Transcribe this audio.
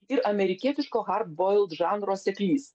ir amerikietiško žanro seklys